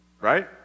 Right